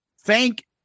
thank